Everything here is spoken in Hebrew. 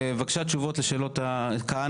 בבקשה, תשובות לשאלות חברי הכנסת.